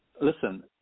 listen